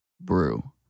brew